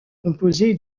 composé